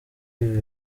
ibi